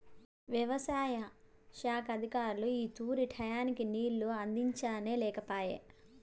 యవసాయ శాఖ అధికారులు ఈ తూరి టైయ్యానికి నీళ్ళు అందించనే లేకపాయె